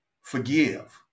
Forgive